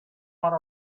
want